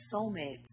soulmates